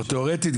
תיאורטית,